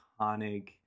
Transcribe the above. iconic